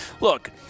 look